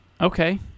Okay